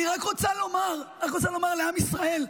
אני רק רוצה לומר לעם ישראל: